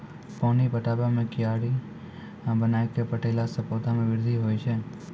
पानी पटाबै मे कियारी बनाय कै पठैला से पौधा मे बृद्धि होय छै?